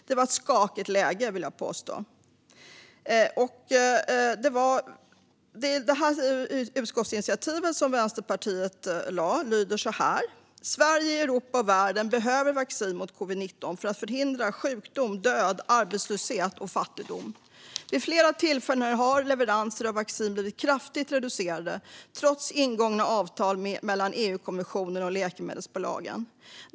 Det var ett skakigt läge, vill jag påstå. Det förslag till utskottsinitiativ som Vänsterpartiet lade fram hade följande lydelse: Sverige, Europa och världen behöver vaccin mot covid-19 för att förhindra sjukdom, död, arbetslöshet och fattigdom. Vid flera tillfällen har leveranser av vaccin blivit kraftigt reducerade, trots ingångna avtal mellan EU-kommissionen och läkemedelsbolagen.